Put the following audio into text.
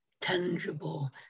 tangible